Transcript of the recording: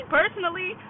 personally